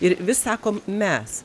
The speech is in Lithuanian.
ir vis sako mes